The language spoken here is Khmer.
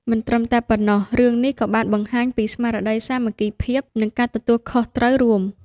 មិនត្រឹមតែប៉ុណ្ណោះរឿងនេះក៏បានបង្ហាញពីរស្មារតីសាមគ្គីភាព និងការទទួលខុសត្រូវរួម។